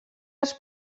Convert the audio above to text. els